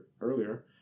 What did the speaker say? earlier